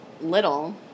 little